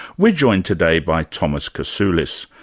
we're joined today by thomas kasulis.